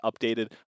updated